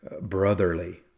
brotherly